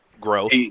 Growth